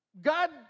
God